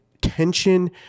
tension